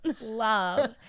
Love